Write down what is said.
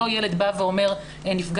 שלא ילד בא ואומר נפגעתי,